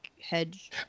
hedge